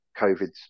COVID's